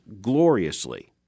gloriously